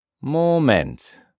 Moment